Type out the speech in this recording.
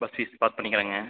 bus fees பாத் பண்ணிக்கிறேங்க